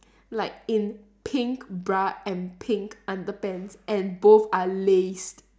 like in pink bra and pink underpants and both are laced